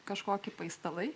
kažkokie paistalai